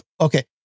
okay